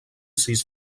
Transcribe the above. sis